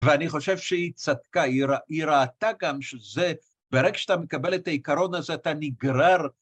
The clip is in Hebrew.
ואני חושב שהיא צדקה, היא ראתה גם שזה, ברגע שאתה מקבל את העיקרון הזה אתה נגרר